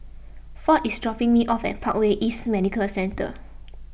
ford is dropping me off at Parkway East Medical Centre